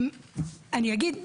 אני אגיד,